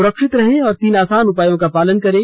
सुरक्षित रहें और तीन आसान उपायों का पालन करें